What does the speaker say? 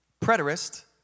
preterist